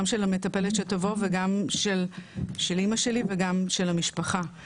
גם של המטפלת שתבוא וגם של אימא שלי וגם של המשפחה.